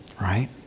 right